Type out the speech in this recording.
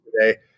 today